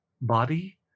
body